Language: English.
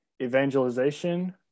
evangelization